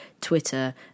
Twitter